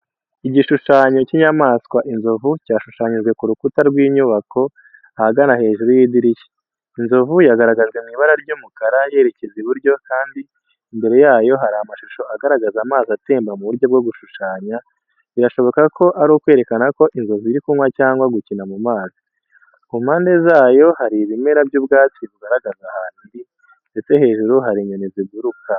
Igishushanyo cy’inyamaswa, inzovu cyashushanyijwe ku rukuta rw’inyubako, ahagana hejuru y’idirishya. Inzovu yagaragajwe mu ibara ry’umukara, yerekeza iburyo, kandi imbere yayo hari amashusho agaragaza amazi atemba mu buryo bwo gushushanya, birashoboka ko ari ukwerekana ko inzovu iri kunywa cyangwa gukina mu mazi. Ku mpande zayo hari ibimera by’ubwatsi bugaragaza ahantu iri, ndetse hejuru hari inyoni ziguruka.